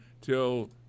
till